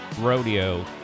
Rodeo